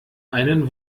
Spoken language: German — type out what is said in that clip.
einen